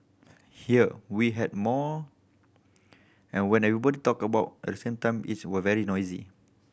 here we had more and when everybody talked about at the same time it was very noisy